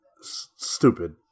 stupid